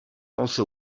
also